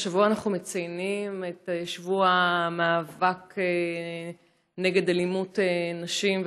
השבוע אנחנו מציינים את שבוע המאבק נגד אלימות נשים.